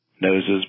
Noses